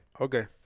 Okay